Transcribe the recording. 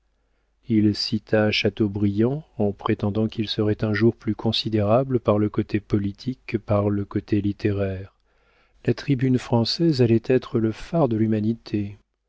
il cita chateaubriand en prétendant qu'il serait un jour plus considérable par le côté politique que par le côté littéraire la tribune française allait être le phare de l'humanité